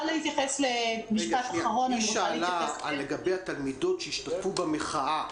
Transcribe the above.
היא שאלה לגבי התלמידות שהשתתפו במחאה